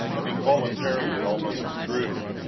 and involuntarily almost as rude,